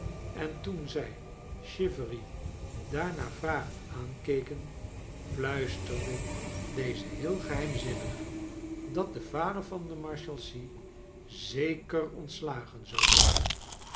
en toen zij chivery daarna vragend aankeken fluisterde deze heel geheimzinnig dat d e vader van de marshalsea zeker ontslagen zou worden